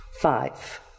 Five